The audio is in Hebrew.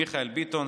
מיכאל ביטון,